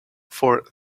for